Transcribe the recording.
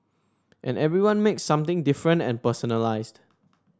and everyone makes something different and personalised